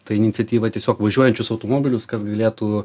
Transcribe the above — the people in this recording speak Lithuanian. ta iniciatyva tiesiog važiuojančius automobilius kas galėtų